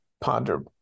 ponder